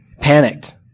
Panicked